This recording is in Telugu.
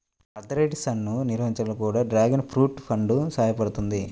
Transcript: ఆర్థరైటిసన్ను నివారించడంలో కూడా డ్రాగన్ ఫ్రూట్ పండు సహాయపడుతుంది